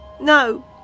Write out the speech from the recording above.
no